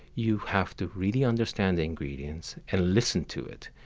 you have to really understand the ingredient and listen to it.